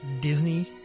Disney